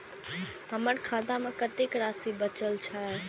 हमर खाता में कतेक राशि बचल छे?